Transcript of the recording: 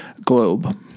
globe